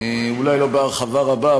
אולי לא בהרחבה רבה,